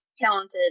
talented